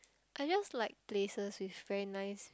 I just like places with very nice